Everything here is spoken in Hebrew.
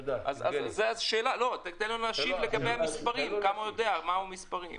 אז אולי תשיב לגבי המספרים, מה המספרים?